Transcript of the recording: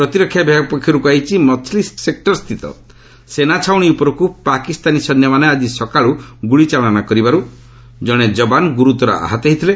ପ୍ରତିରକ୍ଷା ବିଭାଗ ପକ୍ଷରୁ କୁହାଯାଇଛି ମଛ୍ଲି ସେକୂରସ୍ଥିତ ସେନାଛାଉଣି ଉପରକୁ ପାକିସ୍ତାନୀ ସୈନ୍ୟମାନେ ଆଜି ସକାଳୁ ଗୁଳିଚାଳନା କରିବାରୁ ଜଣେ ଜବାନ ଗୁରୁତର ଆହତ ହୋଇଥିଲେ